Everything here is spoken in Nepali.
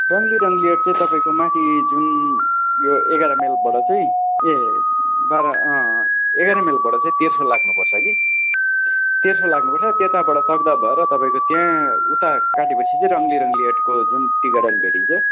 रङ्गली रङ्गलियट चाहिँ तपाईँको माथि जुन यो एघार माइलबाट चाहिँ ए बाह्र एघार माइलबाट चाहिँ तेर्सो लाग्नु पर्छ कि तेर्सो लाग्नु पर्छ त्यताबाट तकदाह भएर तपाईँको त्यहाँ उता काटेपछि चाहिँ रङ्गली रङ्गलियटको जुन टी गार्डन भेटिन्छ